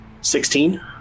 Sixteen